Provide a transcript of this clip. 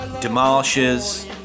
Demolishes